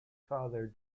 father